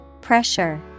Pressure